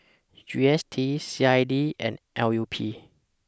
G S T C I D and L U P